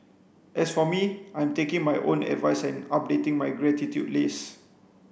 as for me I'm taking my own advice and updating my gratitude list